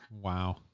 Wow